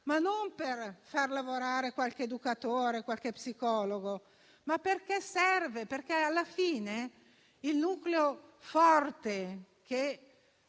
non per far lavorare qualche educatore o qualche psicologo, ma perché serve. Alla fine, il nucleo forte che